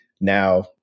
now